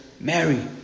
Mary